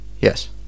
Yes